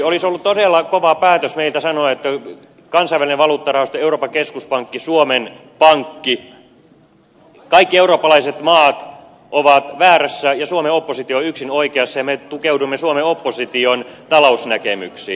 olisi ollut todella kova päätös meiltä sanoa että kansainvälinen valuuttarahasto euroopan keskuspankki suomen pankki kaikki eurooppalaiset maat ovat väärässä ja suomen oppositio on yksin oikeassa ja me tukeudumme suomen opposition talousnäkemyksiin